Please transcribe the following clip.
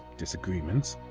disagreements.